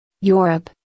Europe